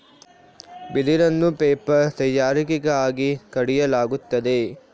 ಬಿದಿರನ್ನು ಪೇಪರ್ ತಯಾರಿಕೆಗಾಗಿ ಕಡಿಯಲಾಗುತ್ತದೆ